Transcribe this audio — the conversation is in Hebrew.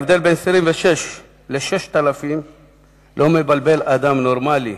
ההבדל בין 26,000 ל-6,000 לא מבלבל אדם נורמלי.